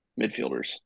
midfielders